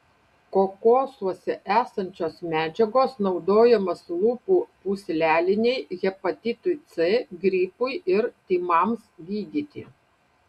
kokosuose esančios medžiagos naudojamos lūpų pūslelinei hepatitui c gripui ir tymams gydyti